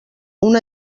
una